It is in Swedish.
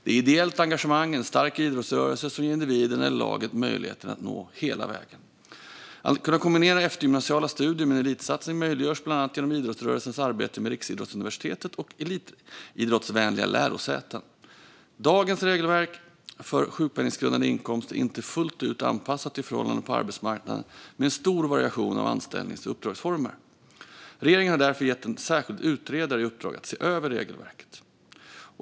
Det är ideellt engagemang och en stark idrottsrörelse som ger individen eller laget möjligheten att nå hela vägen. Att kunna kombinera eftergymnasiala studier med en elitsatsning möjliggörs bland annat genom idrottsrörelsens arbete med riksidrottsuniversitet och elitidrottsvänliga lärosäten. Dagens regelverk för sjukpenninggrundande inkomst är inte fullt ut anpassat till förhållandena på arbetsmarknaden med en stor variation av anställnings och uppdragsformer. Regeringen har därför gett en särskild utredare i uppdrag att se över regelverket.